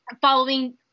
following